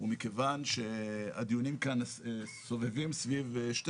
מכיוון שהדיונים כאן סובבים סביב שתי